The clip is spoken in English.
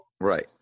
Right